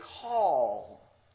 call